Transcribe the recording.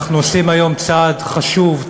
אנחנו עושים היום צעד חשוב,